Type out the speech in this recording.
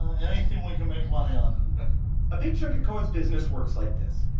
anything we can make money on a big chunk of cohen's business works like this.